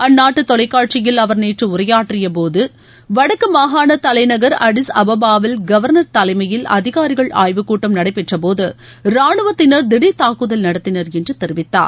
அந்நாட்டு தொலைக்காட்சியில் அவர் நேற்று உரையாற்றியபோது வடக்கு மாகாண தலைநகர் அடிஸ் அபாபாவில் கவர்னர் தலைமையில் அதிகாரிகள் ஆய்வுக் கூட்டம் நடைபெற்றபோது ரானுவத்தினர் திவர் தாக்குதல் நடத்தினர் என்று தெரிவித்தார்